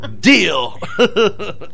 Deal